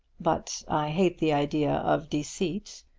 but i hate the idea of deceit.